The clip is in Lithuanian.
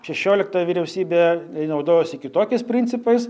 šešiolikta vyriausybė naudojosi kitokiais principais